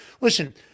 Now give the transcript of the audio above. listen